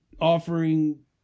offering